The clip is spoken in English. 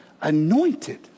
anointed